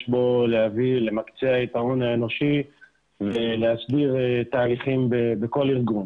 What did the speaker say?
בו להביא למקצע את ההון האנושי ולהסדיר תהליכים בכל ארגון,